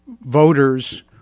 voters